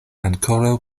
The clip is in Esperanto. ankoraŭ